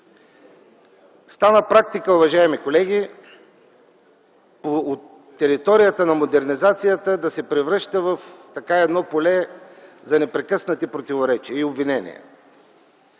Стана практика, уважаеми колеги, територията на модернизацията да се превръща в едно поле за непрекъснати противоречия и обвинения.